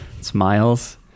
Smiles